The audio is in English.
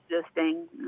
existing